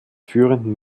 führenden